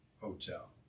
hotel